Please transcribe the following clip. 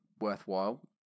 worthwhile